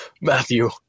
Matthew